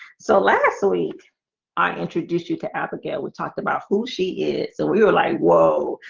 so last week i introduced you to abigail we talked about who she is. so we were like, whoa,